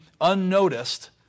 unnoticed